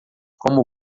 como